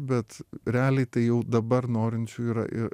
bet realiai tai jau dabar norinčių yra ir